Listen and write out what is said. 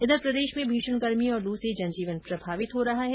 इधर प्रदेश में भीषण गर्मी और लू से जनजीवन प्रभावित हो रहा है